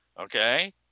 Okay